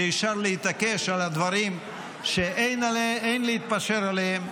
ואפשר להתעקש על הדברים שאין להתפשר עליהם.